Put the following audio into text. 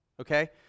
Okay